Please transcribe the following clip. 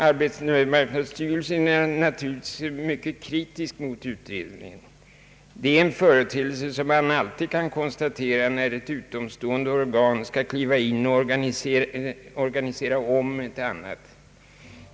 Arbetsmarknadsstyrelsen är naturligtvis mycket kritisk mot utredningen. Det är en företeelse som man alltid kan konstatera, när ett utomstående organ skall kliva in och organisera om ett annat.